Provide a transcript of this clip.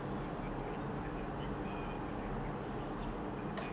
go go to any uh theme park or like pergi beach ke pantai